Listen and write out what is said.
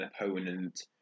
opponent